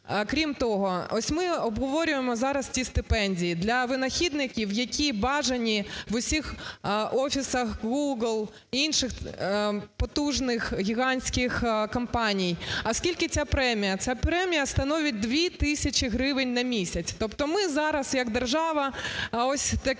Крім того, ось ми обговорюємо зараз ці стипендії для винахідників, які бажані в усіх офісах Google, інших потужних гігантських компаній. А скільки ця премія? Ця премія становить 2 тисячі гривень на місяць. Тобто ми зараз як держава ось таким